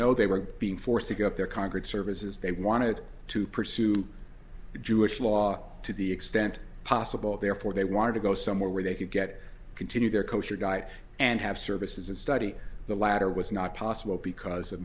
know they were being forced to go up there concord services they wanted to pursue jewish law to the extent possible therefore they wanted to go somewhere where they could get continue their kosher diet and have services and study the latter was not possible because of